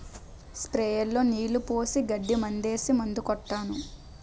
sprayer లో నీళ్లు పోసి గడ్డి మందేసి మందు కొట్టాను